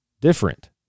different